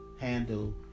handle